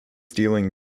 dealing